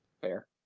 Fair